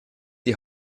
die